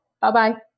Bye-bye